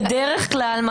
בדרך כלל,